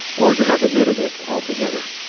or to have omitted it altogether.